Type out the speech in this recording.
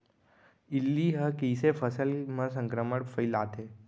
इल्ली ह कइसे फसल म संक्रमण फइलाथे?